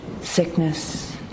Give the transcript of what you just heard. sickness